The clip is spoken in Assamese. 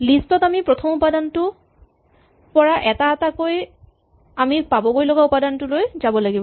লিষ্ট ত আমি প্ৰথম উপাদানটোৰ পৰা এটা এটা কৈ আমি পাবগৈ লগা উপাদানটোলৈ যাব লাগিব